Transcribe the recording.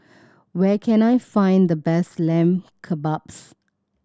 where can I find the best Lamb Kebabs